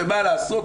ומה לעשות,